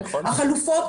החלופות,